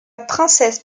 princesse